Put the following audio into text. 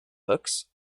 books